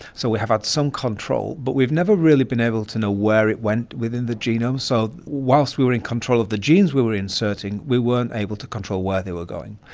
so we have had some control. but we've never really been able to know where it went within the genome. so whilst we were in control of the genes we were inserting, we weren't able to control where they were going.